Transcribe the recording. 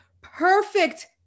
perfect